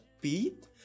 beat